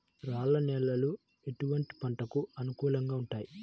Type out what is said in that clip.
రాళ్ల నేలలు ఎటువంటి పంటలకు అనుకూలంగా ఉంటాయి?